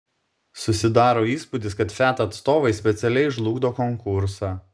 susidaro įspūdis kad fiat atstovai specialiai žlugdo konkursą